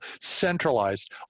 centralized